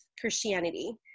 Christianity